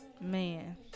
Man